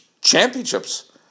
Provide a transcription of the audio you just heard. championships